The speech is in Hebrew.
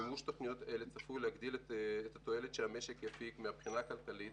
מימוש תוכניות אלה צפוי להגדיל את התועלת שהמשק יפיק מבחינה כלכלית,